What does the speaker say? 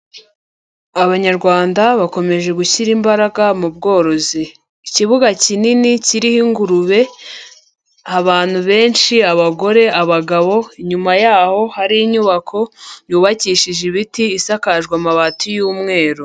Abanyarwanda bakomeje gushyira imbaraga mu bworozi, ikibuga kinini kiriho ingurube, abantu benshi, abagore, abagabo, inyuma yaho hari inyubako yubakishije ibiti, isakajwe amabati y'umweru.